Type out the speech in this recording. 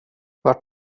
vart